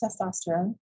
testosterone